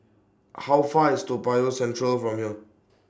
How Far IS Toa Payoh Central from here